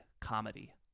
comedy